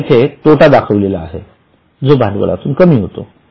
तेथे तोटा दाखविला आहे जो भांडवलातून कमी होतो